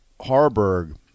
Harburg